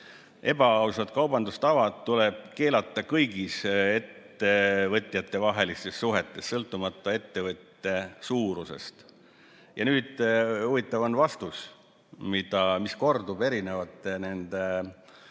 Ebaausad kaubandustavad tuleb keelata kõigis ettevõtjatevahelistes suhetes, sõltumata ettevõtte suurusest. Nüüd on huvitav vastus, mis kordub erinevate